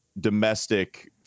domestic